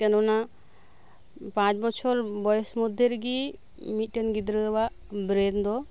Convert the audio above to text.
ᱠᱮᱱᱚ ᱱᱟ ᱯᱟᱸᱪ ᱵᱚᱪᱷᱚᱨ ᱵᱚᱭᱮᱥ ᱢᱚᱫᱽᱫᱷᱮᱨᱮ ᱜᱮ ᱢᱤᱫ ᱴᱮᱱ ᱜᱤᱫᱽᱨᱟᱹᱣᱟᱜ ᱵᱨᱮᱱ ᱫᱚ